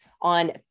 on